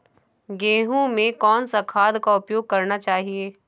गेहूँ में कौन सा खाद का उपयोग करना चाहिए?